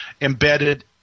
embedded